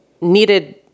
needed